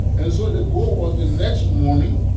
and so the goal was the next morning,